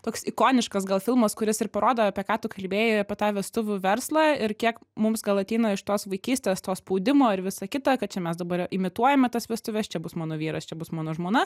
toks ikoniškas gal filmas kuris ir parodo apie ką tu kalbėjai apie tą vestuvių verslą ir kiek mums gal ateina iš tos vaikystės to spaudimo ir visa kita kad čia mes dabar imituojame tas vestuves čia bus mano vyras čia bus mano žmona